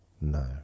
No